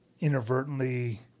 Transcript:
inadvertently